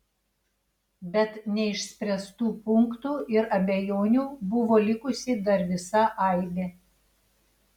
bet neišspręstų punktų ir abejonių buvo likusi dar visa aibė